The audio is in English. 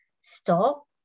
stop